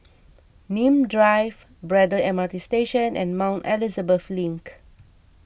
Nim Drive Braddell M RT Station and Mount Elizabeth Link